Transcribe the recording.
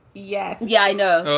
yes, yeah i know.